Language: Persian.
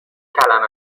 کلمه